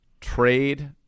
trade